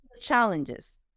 challenges